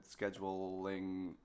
scheduling